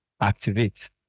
activate